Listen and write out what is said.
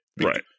Right